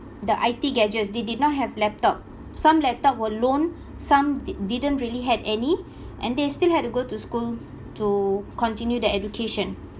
the I_T gadgets they did not have laptop some laptop were loaned some di~ didn't really had any and they still had to go to school to continue their education